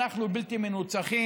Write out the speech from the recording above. אנחנו בלתי מנוצחים,